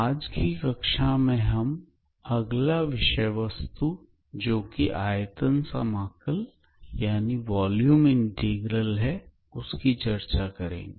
आज की कक्षा में हम अगला टॉपिक जो कि आयतन समाकल वॉल्यूम इंटीग्रल है उसकी चर्चा करेंगे